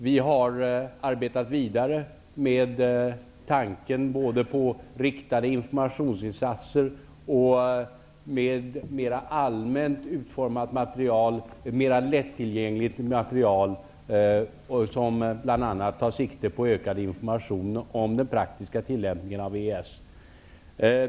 Vi har arbetat vidare med tanken på både riktade informationsinsatser och mer allmänt utformat, mer lättillgängligt material, som bl.a. tar sikte på ökad information om den praktiska tillämpningen av EES.